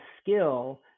skill